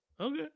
Okay